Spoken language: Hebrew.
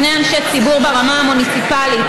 שני אנשי ציבור ברמה המוניציפלית,